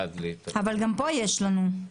אבל גם כאן יש לנו.